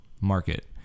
market